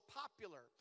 popular